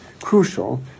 Crucial